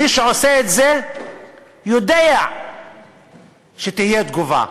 מי שעושה את זה יודע שתהיה תגובה.